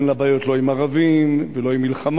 ואין לה בעיות לא עם ערבים ולא עם מלחמות